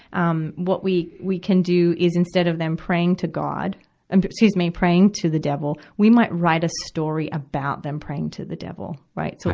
um what we, we can do is instead of them praying to god and excuse me, praying to the devil we might write a story about them praying to the devil, right. so